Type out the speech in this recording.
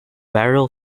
barrel